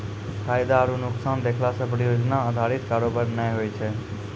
फायदा आरु नुकसान देखला से परियोजना अधारित कारोबार नै होय छै